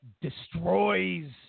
destroys